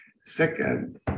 Second